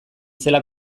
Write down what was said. zela